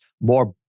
more